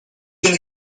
gonna